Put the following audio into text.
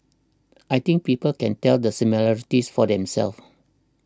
I think people can tell the similarities for themselves